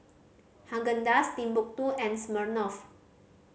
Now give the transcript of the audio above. Haagen Dazs Timbuk Two and Smirnoff